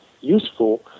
useful